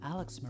Alex